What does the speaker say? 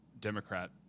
Democrat